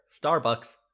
Starbucks